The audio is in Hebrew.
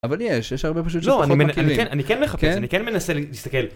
אבל יש הרבה פשוט לא אני כן אני כן מנסה להסתכל.